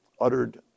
uttered